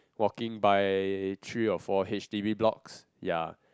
walking by three or four H_D_B blocks ya